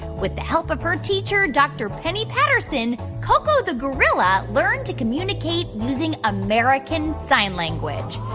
with the help of her teacher dr. penny patterson, koko the gorilla learned to communicate using american sign language.